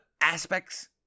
aspects